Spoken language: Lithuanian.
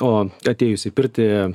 o atėjus į pirtį